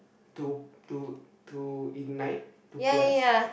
to to to ignite to press